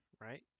right